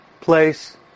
place